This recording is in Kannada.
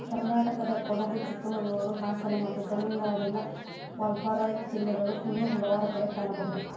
ಕರ್ನಾಟಕದಕೊಡಗು, ಚಿಕ್ಕಮಗಳೂರು, ಹಾಸನ ಮತ್ತು ತಮಿಳುನಾಡಿನ ವಾಲ್ಪಾರೈ ಜಿಲ್ಲೆಗಳು ಇನ್ನೂ ಹಲವಾರು ಕಡೆ ಕಾಣಬಹುದು